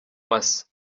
masa